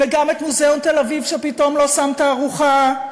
וגם את מוזיאון תל-אביב שפתאום לא שם תערוכה,